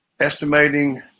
Estimating